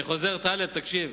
טלב, תקשיב.